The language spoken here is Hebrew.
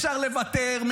אפשר לוותר,